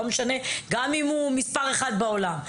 ולא משנה אם הוא מספר אחד בעולם,